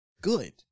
good